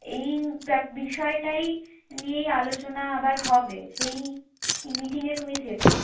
এই ব্যা বিষয়টাই নিয়েই আলোচনা আবার হবে সেই মিটিংয়ে তুমি থেকো